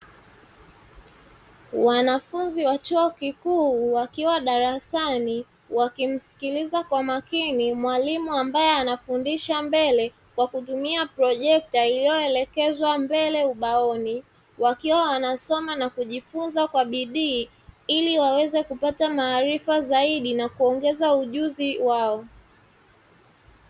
Wanafunzi wa chuo kikuu wakiwa darasani wakimsikiliza kwa makini mwalimu ambae anafundisha mbele kwa kutumia projekta iliyo elekezwa mbele ubaoni, wakiwa wanasoma na kujifunza kwa bidiii ili waweze kupata maarifa zaidi na kuongeza ujuzi wao.